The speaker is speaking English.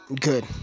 good